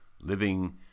living